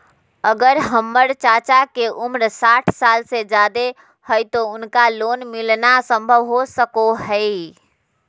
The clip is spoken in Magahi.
अगर हमर चाचा के उम्र साठ साल से जादे हइ तो उनका लोन मिलना संभव हो सको हइ?